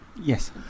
Yes